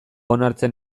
onartzen